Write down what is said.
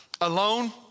alone